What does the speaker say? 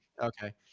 Okay